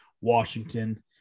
Washington